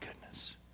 goodness